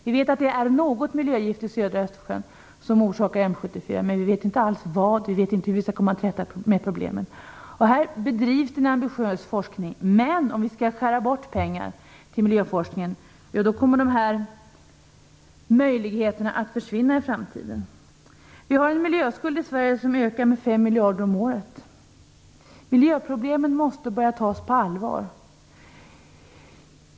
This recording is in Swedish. Vi vet bara att det är något miljögift i södra Östersjön som orsakar M74, men vi vet inte alls vilket det är eller hur vi skall komma till rätta med problemet. På detta område bedrivs en ambitiös forskning, men om vi skär bort pengarna till miljöforskningen kommer dessa möjligheter att försvinna i framtiden. Vi har en miljöskuld i Sverige som ökar med 5 miljarder om året. Miljöproblemen måste börja tas på allvar.